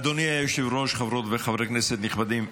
אדוני היושב-ראש, חברות וחברי כנסת נכבדים,